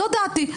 זאת דעתי.